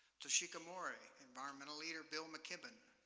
toshiko mori, environmental leader bill mckibben,